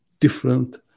different